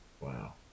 Wow